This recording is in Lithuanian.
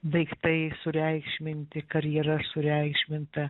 daiktai sureikšminti karjera sureikšminta